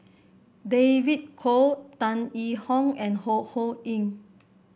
David Kwo Tan Yee Hong and Ho Ho Ying